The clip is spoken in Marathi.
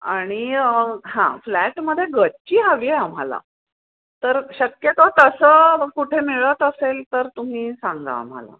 आणि हां फ्लॅटमध्ये गच्ची हवी आहे आम्हाला तर शक्यतो तसं कुठे मिळत असेल तर तुम्ही सांगा आम्हाला